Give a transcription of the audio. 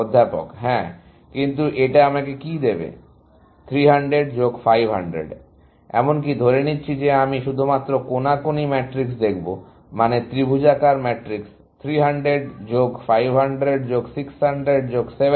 অধ্যাপক হ্যাঁ কিন্তু এটা আমাকে কি দেবে 300 যোগ 500 এমনকি ধরে নিচ্ছি যে আমি শুধুমাত্র কোনাকুনি ম্যাট্রিক্স দেখব মানে ত্রিভুজাকার ম্যাট্রিক্স 300 যোগ 500 যোগ 600 যোগ 700